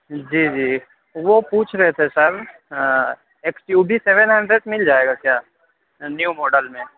جی جی وہ پوچھ رہے تھے sir X U V seven hundred مل جائے گا کیا نیو ماڈل میں